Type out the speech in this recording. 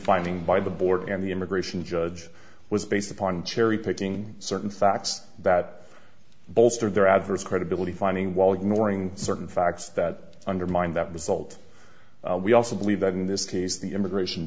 finding by the board and the immigration judge was based upon cherry picking certain facts that bolster their adverse credibility finding while ignoring certain facts that undermine that result we also believe that in this case the immigration